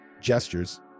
gestures